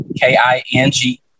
K-I-N-G